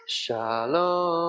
shalom